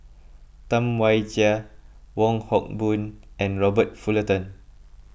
Tam Wai Jia Wong Hock Boon and Robert Fullerton